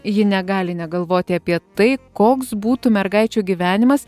ji negali negalvoti apie tai koks būtų mergaičių gyvenimas